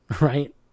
right